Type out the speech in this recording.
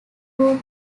who